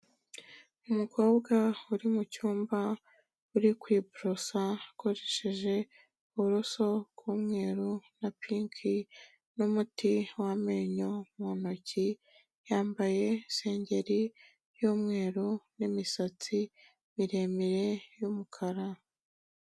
Umukobwa uri mu cyumba uri kwiborosa akoresheje uburoso bw'umweru na pinki, umuti w'amenyo mu ntoki. yambaye isengeri y'umweru n'imisatsi miremire y'umukara.